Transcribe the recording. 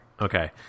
Okay